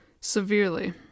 severely